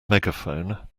megaphone